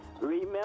Remember